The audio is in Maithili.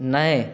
नहि